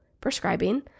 prescribing